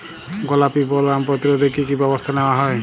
গোলাপী বোলওয়ার্ম প্রতিরোধে কী কী ব্যবস্থা নেওয়া হয়?